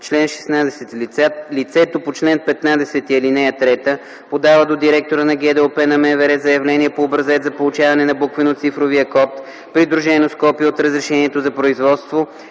„Чл. 16. Лицето по чл. 15, ал. 3 подава до директора на ГДОП на МВР заявление по образец за получаване на буквено-цифровия код, придружено с копие от разрешението за производство,